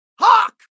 Hawk